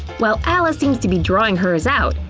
while alice seems to be drawing hers out,